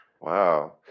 Wow